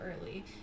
early